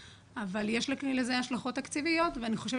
אבל יש לזה השלכות תקציביות ואני חושבת